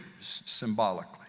symbolically